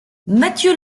mathieu